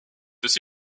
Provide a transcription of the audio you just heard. aussi